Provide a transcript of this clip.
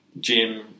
gym